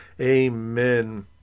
Amen